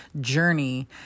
journey